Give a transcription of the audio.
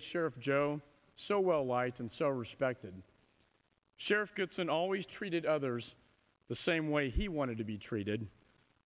sure of joe so well light and so respected sheriff gibson always treated others the same way he wanted to be treated